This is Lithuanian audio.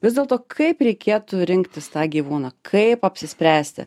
vis dėlto kaip reikėtų rinktis tą gyvūną kaip apsispręsti